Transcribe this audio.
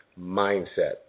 mindset